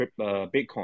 bitcoin